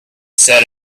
set